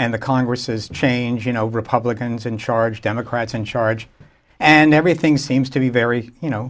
and the congress is changing oh republicans in charge democrats in charge and everything seems to be very you know